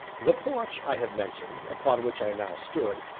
the porch i have mentioned, upon which i now stood,